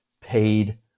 paid